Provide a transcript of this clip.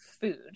food